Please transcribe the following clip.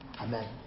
Amen